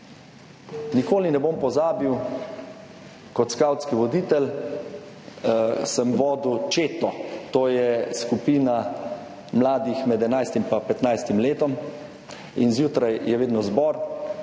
Nikoli ne bom pozabil, kot skavtski voditelj sem vodil četo, to je skupina mladih med 11. in 15. letom, in zjutraj je vedno zbor